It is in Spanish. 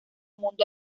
mundo